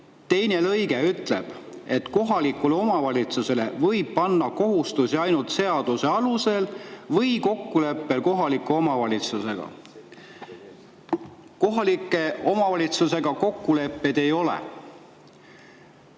teine lõige ütleb, et kohalikule omavalitsusele võib panna kohustusi ainult seaduse alusel või kokkuleppel kohaliku omavalitsusega. Kohalike omavalitsustega kokkuleppeid ei ole.